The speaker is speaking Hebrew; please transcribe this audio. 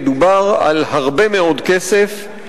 מדובר על הרבה מאוד כסף,